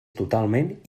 totalment